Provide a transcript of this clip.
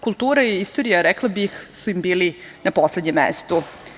Kultura i istorija, rekla bih, su im bili na poslednjem mestu.